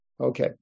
Okay